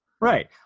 Right